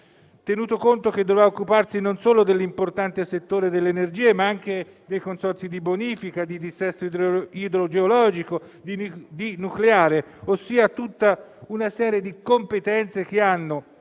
tenuto conto che dovrà occuparsi non solo dell'importante settore delle energie, ma anche dei consorzi di bonifica, di dissesto idrogeologico e di nucleare, ossia tutta una serie di competenze che hanno